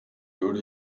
würde